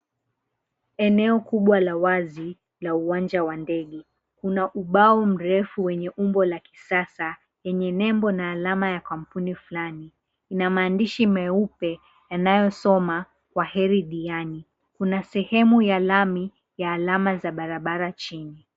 Eneo kubwa la wazi na uwanja wa ndege. Kuna ubao mrefu wenye umbo la kisasa yenye nembo na alama ya kampuni fulani. Ina maandishi meupe yanayosoma, "Kwa Heri Diani". Kuna sehemu ya lami ya alama za barabara chini.